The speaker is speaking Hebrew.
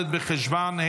25